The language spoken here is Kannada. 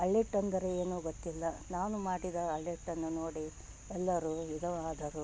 ಅಳ್ಳಿಟ್ಟು ಅಂದರೆ ಏನು ಗೊತ್ತಿಲ್ಲ ನಾನು ಮಾಡಿದ ಅಳ್ಳಿಟ್ಟನ್ನು ನೋಡಿ ಎಲ್ಲರೂ ವಿಧವಾದರು